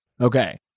Okay